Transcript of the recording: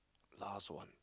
last one